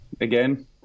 again